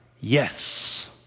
yes